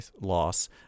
loss